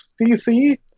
DC